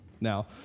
Now